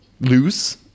loose